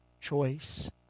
choice